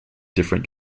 different